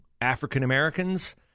African-Americans